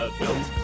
films